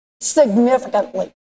significantly